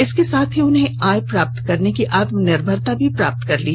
इसके साथ ही उन्हें आय प्राप्त करने की आत्मनिर्भरता भी प्राप्त कर ली